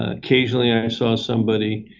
occasionally i saw somebody